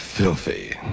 Filthy